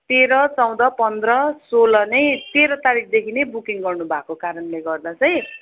तेह्र चौध पन्ध्र सोह्र नै तेह्र तारिकदेखी नै बुकिङ गर्नुभएको कारणले गर्दा चाहिँ